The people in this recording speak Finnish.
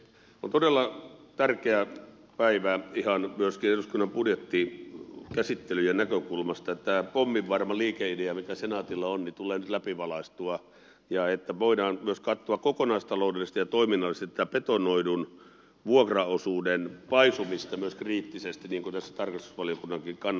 on todella tärkeä päivä ihan myöskin eduskunnan budjettikäsittelyjen näkökulmasta että tämä pomminvarma liikeidea mikä senaatilla on tulee nyt läpivalaistua ja että voidaan myös katsoa kokonaistaloudellisesti ja toiminnallisesti tämän betonoidun vuokraosuuden paisumista myös kriittisesti niin kuin tässä tarkastusvaliokunnankin kannanotossa on